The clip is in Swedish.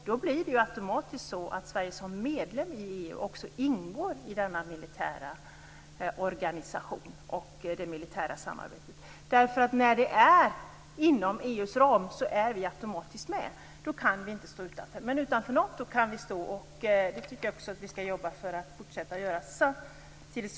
Då blir det automatiskt så att Sverige som medlem i EU också ingår i denna militära organisation och i det militära samarbetet, därför att när detta sker inom EU:s ram så är vi automatiskt med. Då kan vi inte stå utanför. Men utanför Nato kan vi stå, och jag tycker att vi skall jobba för att vi skall göra det även i fortsättningen.